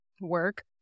work